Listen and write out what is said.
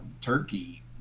Turkey